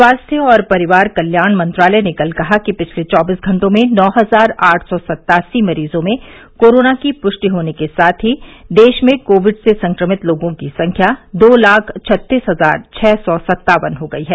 स्वास्थ्य और परिवार कल्याण मंत्रालय ने कल कहा कि पिछले चौबीस घंटों में नौ हजार आठ सौ सत्तासी मरीजों में कोरोना की पुष्टि होने के साथ ही देश में कोविड से संक्रमित लोगों की संख्या दो लाख छत्तीस हजार छः सौ सत्तावन हो गई हैं